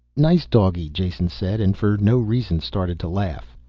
nice doggy! jason said, and for no reason started to laugh.